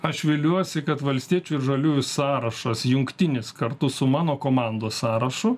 aš viliuosi kad valstiečių ir žaliųjų sąrašas jungtinis kartu su mano komandos sąrašu